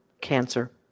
cancer